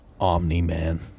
Omni-Man